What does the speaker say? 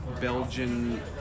Belgian